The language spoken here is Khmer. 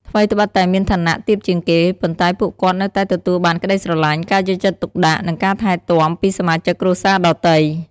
ថ្វីត្បិតតែមានឋានៈទាបជាងគេ ប៉ុន្តែពួកគាត់នៅតែទទួលបានក្តីស្រលាញ់ ការយកចិត្តទុកដាក់ និងការថែទាំពីសមាជិកគ្រួសារដទៃ។